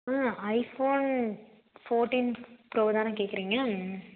ஆ iPhone fourteen ப்ரோவை தானே கேட்கறீங்க